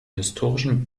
historischen